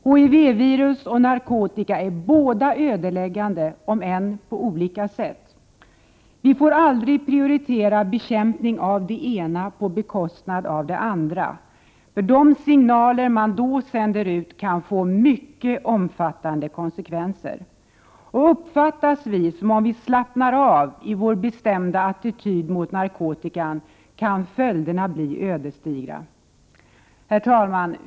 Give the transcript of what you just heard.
HIV-virus och narkotika är båda ödeläggande om än på olika sätt. Vi får aldrig prioritera bekämpning av det ena på bekostnad av det andra. De signaler man i så fall sänder ut kan få mycket omfattande konsekvenser. Uppfattas det som om vi slappnar av i vår bestämda attityd mot narkotikan kan följderna bli ödesdigra. Herr talman!